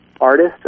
artist